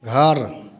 घर